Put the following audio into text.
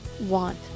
want